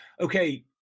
okay